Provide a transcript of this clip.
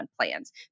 plans